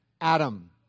Adam